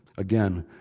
again,